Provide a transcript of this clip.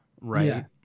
Right